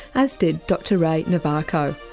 as did dr ray novaco.